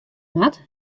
moat